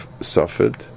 suffered